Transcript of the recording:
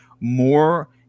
more